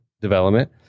development